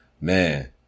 man